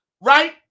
right